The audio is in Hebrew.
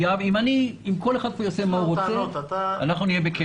אם כל אחד פה יעשה את מה שהוא רוצה אנחנו נהיה בכאוס.